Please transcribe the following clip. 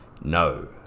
no